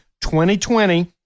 2020